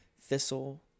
thistle